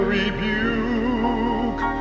rebuke